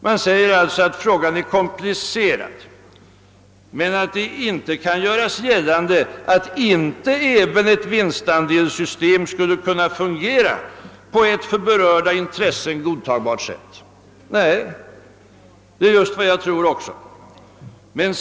Man säger att frågan är komplicerad men att det dock inte kan »göras gällande att inte även ett sådant system under vissa betingelser skulle kunna fungera på ett för vederbörande parter godtagbart sätt». Nej, det är just vad också jag tror.